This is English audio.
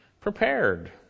prepared